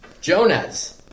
Jonas